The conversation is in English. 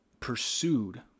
Pursued